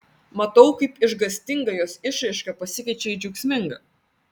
matau kaip išgąstinga jos išraiška pasikeičia į džiaugsmingą